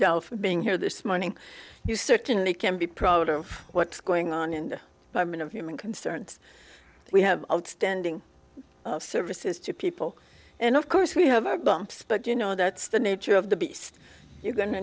for being here this morning you certainly can be proud of what's going on and i mean of human concerns we have outstanding services to people and of course we have our bumps but you know that's the nature of the beast you can